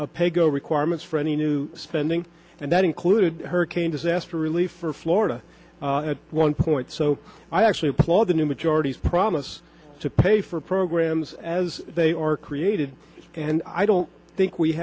pay go requirements for any new spending and that included hurricane disaster relief for florida at one point so i actually applaud the new majority's promise to pay for programs as they are created and i don't think we